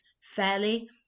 fairly